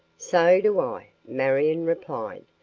so do i, marion replied,